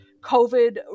COVID